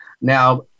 now